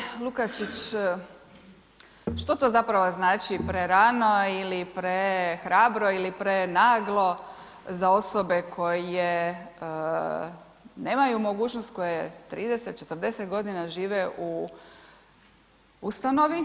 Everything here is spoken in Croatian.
Kolegice Lukačić, što to zapravo znači prerano, ili prehrabro ili prenaglo za osobe koje nemaju mogućnosti, koje 30-40 godina žive u ustanovi.